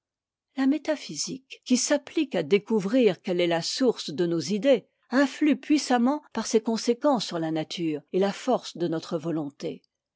la métaphysique qui s'applique à découvrir quelle'est la source de nos idées influe puissamment par ses conséquences sur la nature et la force de notre volonté